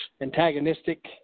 antagonistic